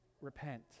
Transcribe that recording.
repent